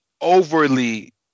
overly